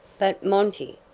but, monty,